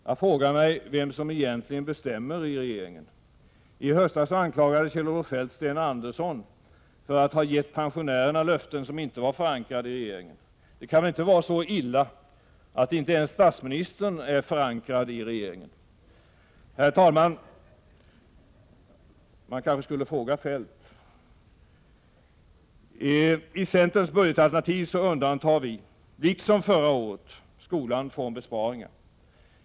Jag frågar mig vem som egentligen bestämmer i regeringen. I höstas anklagade Kjell-Olof Feldt Sten Andersson för att ha gett pensionärerna löften som inte var förankrade i regeringen. Det kan väl inte vara så illa att inte ens statsministern är förankrad i regeringen? Man kanske skulle fråga Feldt. I centerns budgetalternativ undantar vi, liksom förra året, skolan från besparingar.